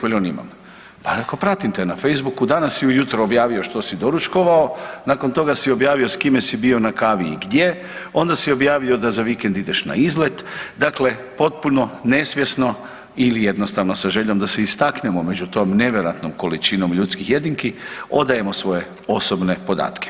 Veli on imam, pa rek'o pratim te na Facebooku, danas si ujutro objavio što si doručkovao, nakon toga si objavio s kime si bio na kavi i gdje, onda si objavio da za vikend ideš na izlet, dakle, potpuno nesvjesno ili jednostavno sa željom da se istaknemo među tom nevjerojatnom količinom ljudskih jedinki, odajemo svoje osobne podatke.